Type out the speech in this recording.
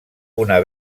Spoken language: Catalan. una